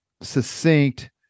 succinct